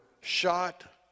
shot